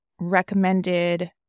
recommended